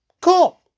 Cool